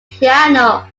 piano